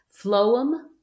phloem